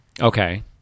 Okay